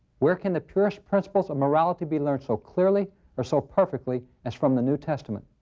where can the purist principles of morality be learned so clearly or so perfectly as from the new testament?